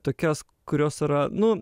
tokias kurios yra nu